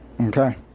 Okay